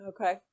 Okay